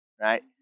right